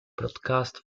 broadcast